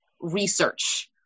research